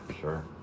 Sure